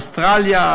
אוסטרליה,